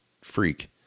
freak